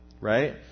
right